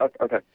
Okay